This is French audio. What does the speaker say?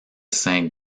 saint